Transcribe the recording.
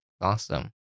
Awesome